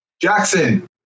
Jackson